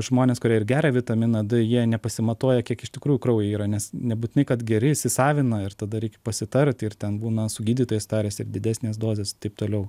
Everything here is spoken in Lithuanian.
žmonės kurie ir geria vitaminą d jie nepasimatuoja kiek iš tikrųjų kraujyje yra nes nebūtinai kad geri įsisavina ir tada reikia pasitarti ir ten būna su gydytojais tariasi ir didesnes dozes taip toliau